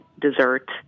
dessert